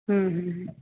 ਹੂੰ ਹੂੰ ਹੂੰ